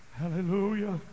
Hallelujah